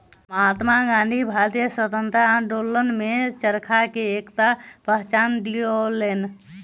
महात्मा गाँधी भारतीय स्वतंत्रता आंदोलन में चरखा के एकटा पहचान दियौलैन